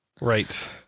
right